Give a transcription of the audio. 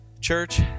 Church